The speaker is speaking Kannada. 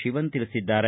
ಶಿವನ್ ತಿಳಿಸಿದ್ದಾರೆ